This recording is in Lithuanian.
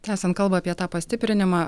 tęsiant kalbą apie tą pastiprinimą